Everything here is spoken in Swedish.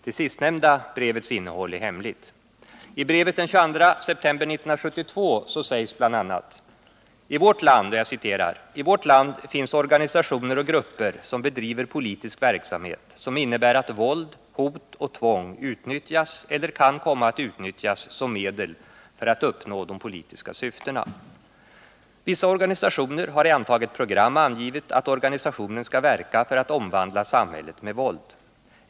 Det sistnämnda brevets innehåll är hemligt. ”I vårt land finns organisationer och grupper som bedriver politisk verksamhet som innebär att våld, hot och tvång utnyttjas eller kan komma att utnyttjas som medel för att uppnå de politiska syftena. Vissa organisationer har i antaget program angivit att organisationen skall verka för att omvandla samhället med våld.